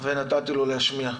ונתתי לו להמשיך.